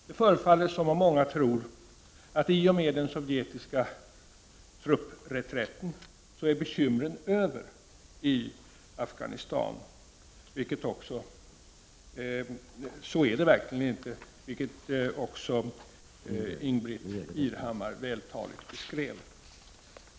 Det förefaller som om många tror att bekymren i Afghanistan är över i och med den sovjetiska truppreträtten. Så är det verkligen inte, vilket Ingbritt Irhammar också vältaligt beskrev.